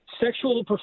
sexual